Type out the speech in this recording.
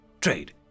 Trade